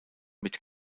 mit